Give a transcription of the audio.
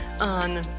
on